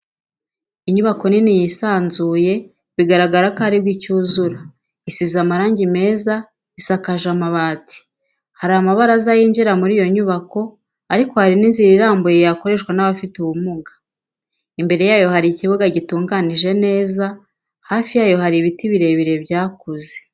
Inyubako nini yisanzuye bigaragara ko aribwo icyuzura, isize amarangi meza isakaje amabati, hari amabaraza yinjira muri iyo nyubako ariko hari n'inzira irambuye yakoreshwa n'abafite ubumuga, imbere yayo hari ikibuga gitunganyije neza hafi yayo hari ibiti birebire byakuze.